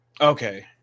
Okay